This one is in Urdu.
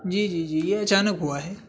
جی جی جی یہ اچانک ہوا ہے